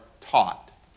taught